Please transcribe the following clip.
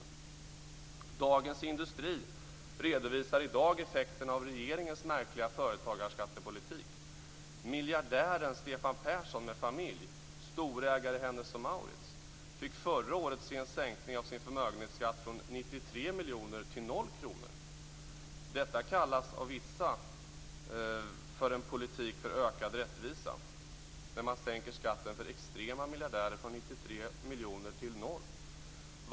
I Dagens Industri i dag redovisas effekterna av regeringens märkliga företagarskattepolitik. Miljardären Stefan Persson med familj, storägare i Hennes & Mauritz, fick förra året se en sänkning av sin förmögenhetsskatt från 93 miljoner kronor till 0 kr. Detta kallas av vissa för en politik för ökad rättvisa - dvs. när man sänker skatten för extrema miljardärer från 93 miljoner kronor till 0 kr.